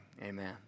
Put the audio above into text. amen